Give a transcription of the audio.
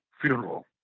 funeral